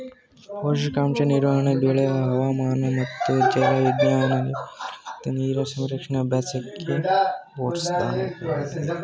ಪೋಷಕಾಂಶ ನಿರ್ವಹಣೆ ಬೆಳೆ ಹವಾಮಾನ ಮತ್ತು ಜಲವಿಜ್ಞಾನನ ನೀರಾವರಿ ಮತ್ತು ನೀರಿನ ಸಂರಕ್ಷಣಾ ಅಭ್ಯಾಸಕ್ಕೆ ಜೋಡ್ಸೊದಾಗಯ್ತೆ